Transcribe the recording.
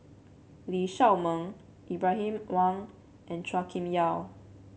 Lee Shao Meng Ibrahim Awang and Chua Kim Yeow